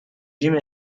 جیم